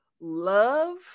love